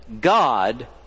God